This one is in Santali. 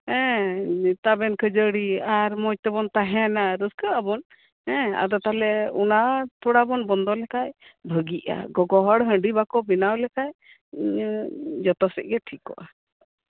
ᱦᱮᱸ ᱛᱟᱵᱮᱱ ᱠᱷᱟᱹᱡᱟᱹᱲᱤ ᱟᱨ ᱢᱚᱸᱡ ᱛᱮᱵᱚᱱ ᱛᱟᱦᱮᱸᱱᱟ ᱨᱟᱹᱥᱠᱟᱹᱜ ᱟᱵᱚᱱ ᱦᱮᱸ ᱟᱫᱚ ᱚᱱᱟ ᱛᱷᱚᱲᱟ ᱵᱚᱱ ᱵᱚᱱᱫᱚ ᱞᱮᱠᱷᱟᱡ ᱵᱷᱟᱹᱜᱤᱜᱼᱟ ᱜᱚᱜᱚ ᱦᱚᱲ ᱦᱟᱺᱰᱤ ᱵᱟᱠᱚ ᱵᱮᱱᱟᱣ ᱞᱮᱠᱷᱟᱡ ᱩᱸ ᱡᱚᱛᱚ ᱥᱮᱡ ᱜᱮ ᱴᱷᱤᱠᱚᱜᱼᱟ